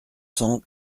cent